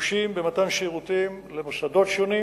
לשיבושים במתן שירותים למוסדות שונים